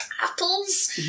apples